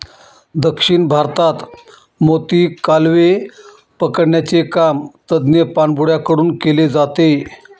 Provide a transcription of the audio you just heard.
दक्षिण भारतात मोती, कालवे पकडण्याचे काम तज्ञ पाणबुड्या कडून केले जाते